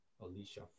alicia